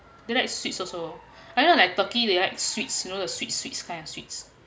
they likes sweets also I don't like turkey they likes sweets you know the sweet sweet kind of sweets